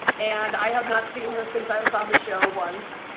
and i have not seen her since i was on the show once.